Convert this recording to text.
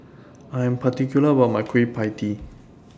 I Am particular about My Kueh PIE Tee